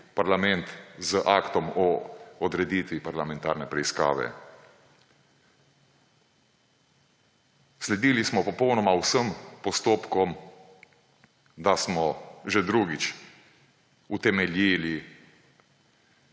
parlament z aktom o odreditvi parlamentarne preiskave. Sledili smo popolnoma vsem postopkom, da smo že drugič utemeljili,